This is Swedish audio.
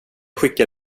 skickar